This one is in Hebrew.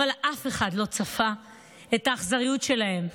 אבל אף אחד, לא צפה את האכזריות שלהן,